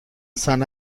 سند